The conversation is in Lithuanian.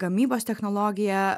gamybos technologija